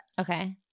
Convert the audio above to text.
Okay